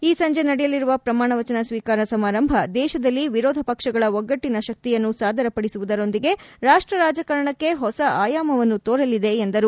ಈ ಸಂಜೆ ನಡೆಯಲಿರುವ ಪ್ರಮಾಣವಚನ ಸ್ವೀಕಾರ ಸಮಾರಂಭ ದೇಶದಲ್ಲಿ ವಿರೋಧ ಪಕ್ಷಗಳ ಒಗ್ಗಟ್ಟನ ಶಕ್ತಿಯನ್ನು ಸಾದರ ಪಡಿಸುವುದರೊಂದಿಗೆ ರಾಪ್ಟ ರಾಜಕಾರಣಕ್ಕೆ ಹೊಸ ಆಯಾಮವನ್ನು ತೋರಲಿದೆ ಎಂದರು